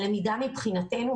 הלמידה מבחינתנו,